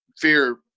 fear